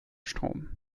strom